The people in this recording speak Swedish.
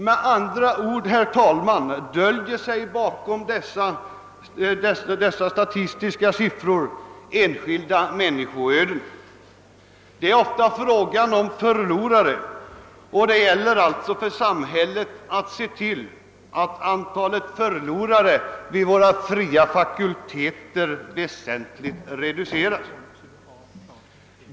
Med andra ord, herr talman, döljer sig bakom dessa statistiska siffror enskilda människoöden. Det är ofta fråga om förlorare, och det gäller för samhället att se till att antalet förlorare vid våra fria fakulteter väsentligt reduceras.